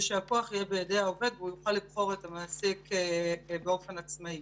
שהכוח יהיה בידי העובד והוא יוכל לבחור את המעסיק באופן עצמאי.